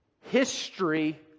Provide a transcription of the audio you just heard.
history